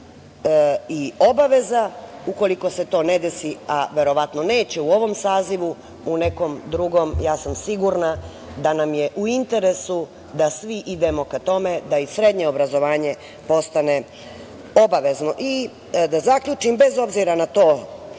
i obaveza. Ukoliko se to ne desi, a verovatno neće, u ovom sazivu, u nekom drugom ja sam sigurna da nam je u interesu da svi idemo ka tome da i srednje obrazovanje postane obavezno. Da zaključim. Bez obzira na to